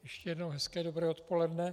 Ještě jednou hezké dobré odpoledne.